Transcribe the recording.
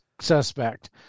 suspect